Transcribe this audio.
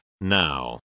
Now